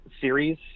series